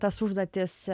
tas užduotis